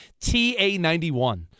TA91